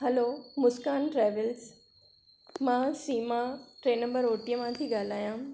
hello Muskan travels मां सीमा टे नंबरु ओ टीअ मां थी ॻाल्हायां